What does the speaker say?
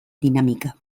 dinamika